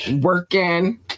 Working